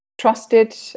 trusted